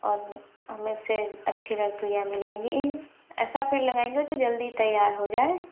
और हमें उससे अच्छी लकड़ियाँ मिलेंगी ऐसा पेड़ लगाएंगे जो जल्दी तैयार हो जाए